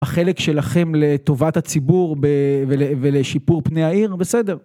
החלק שלכם ל...טובת הציבור ב-ול-ולשיפור פני העיר, בסדר.